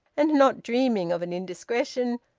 and not dreaming of an indiscretion,